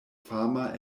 fama